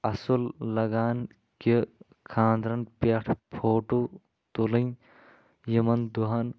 اصل لگان کہِ خانٛدرَن پٮ۪ٹھ فوٹو تُلٕنۍ یِمن دۄہَن